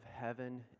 heaven